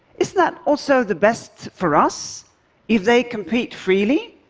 isn't that also the best for us if they compete freely,